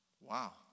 Wow